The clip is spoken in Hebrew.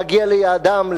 להגיע ליעדם,